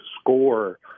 score